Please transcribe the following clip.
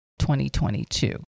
2022